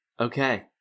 okay